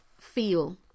feel